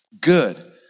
good